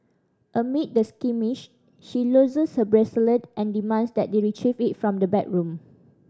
amid the skirmish she loses her bracelet and demands that they retrieve it from the backroom